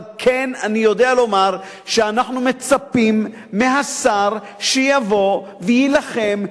אבל כן אני יודע לומר שאנחנו מצפים מהשר שיבוא ויילחם,